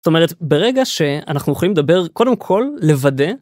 זאת אומרת ברגע שאנחנו יכולים לדבר קודם כל לוודא.